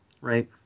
Right